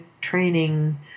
training